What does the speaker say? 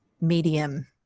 medium